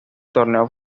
torneo